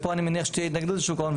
ופה אני מניח שתהיה התנגדות של שוק ההון,